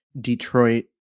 Detroit